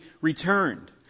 returned